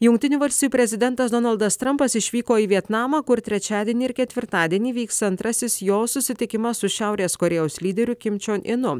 jungtinių valstijų prezidentas donaldas trampas išvyko į vietnamą kur trečiadienį ir ketvirtadienį vyks antrasis jo susitikimas su šiaurės korėjos lyderiu kim čion inu